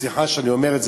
סליחה שאני אומר את זה,